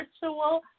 virtual